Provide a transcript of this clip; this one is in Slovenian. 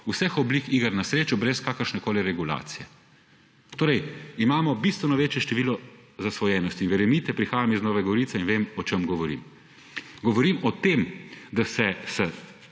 vseh oblik iger na srečo brez kakršnekoli regulacije? Imamo bistveno večje število zasvojenosti, verjemite, prihajam iz Nove Gorice in vem, o čem govorim. Govorim o tem, da se